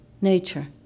nature